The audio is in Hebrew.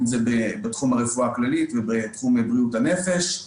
אם זה בתחום הרפואה הכללית ואם בתחום בריאות הנפש.